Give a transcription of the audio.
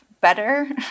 better